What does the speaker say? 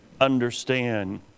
understand